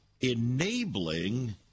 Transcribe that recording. enabling